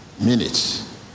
Minutes